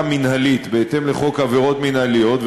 מינהלית בהתאם לחוק עבירות מינהליות,